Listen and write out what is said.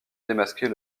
démasquer